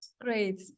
Great